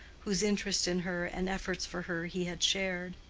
whose interest in her and efforts for her he had shared.